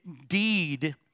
Indeed